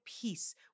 peace